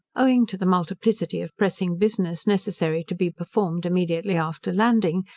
owing to the multiplicity of pressing business necessary to be performed immediately after landing,